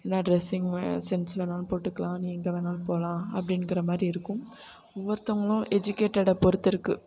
என்ன dressing sense வேணாலும் போட்டுக்கலாம் நீ எங்கே வேணாலும் போகலாம் அப்படிங்குற மாதிரி இருக்கும் ஒவ்வொருத்தங்களும் எஜிக்கேட்டடை பொறுத்து இருக்குது